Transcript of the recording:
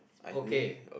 okay